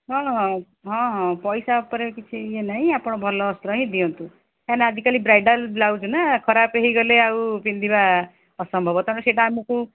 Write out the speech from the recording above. ହଁ ହଁ ପଇସା ଉପରେ କିଛି ଇଏ ନାହିଁ ଆପଣ ଭଲ ଅସ୍ତ୍ର ହିଁ ଦିଅନ୍ତୁ କାହିଁକି ନା ଆଜିକାଲି ବ୍ରାଇଡ଼ାଲ ବ୍ଲାଉଜ ନା ଖରାପ ହେଇଗଲେ ଆଉ ପିନ୍ଧିବା ଅସମ୍ଭବ ତେଣୁ ସେଇଟା ଆମକୁ